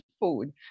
food